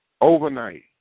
overnight